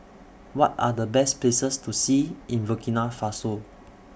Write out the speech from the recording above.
What Are The Best Places to See in Burkina Faso